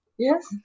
yes